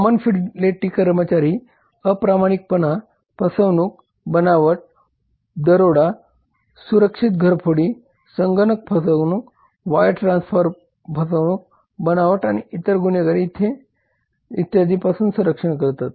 common fidelity कर्मचारी अप्रामाणिकपणा फसवणूक बनावट दरोडा सुरक्षित घरफोडी संगणक फसवणूक वायर ट्रान्सफर फसवणूक बनावट आणि इतर गुन्हेगारी कृत्ये इत्यादी पासून संरक्षण करतात